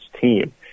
team